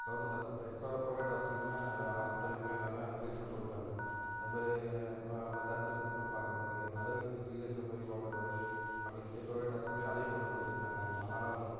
government ஹாஸ்பிட்டலில் இப்போ private hospital அதில் ஹாஸ்பிட்டல்லேயுமே எல்லாம் அதில் கொண்டு வந்துட்டாங்க அதுமாதிரி அந்த கர்ப்பிணி பெண்களும் பாக்கிறத்துக்கு அதுக்கு ஜிஹெச்சில் போய் பாக்கிறது அப்படின்ட்டு பிரைவேட் ஹாஸ்பிட்டல்லேயும் அதையும் கொண்டு வந்து வச்சுக்கிட்டாங்க ஆனாலும் அதை